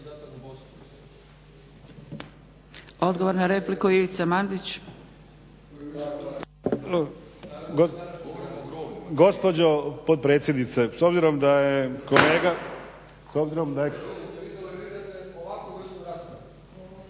Odgovor na repliku, Ivica Mandić.